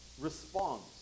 responds